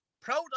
Proud